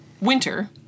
winter